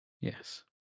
Yes